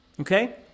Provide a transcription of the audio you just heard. okay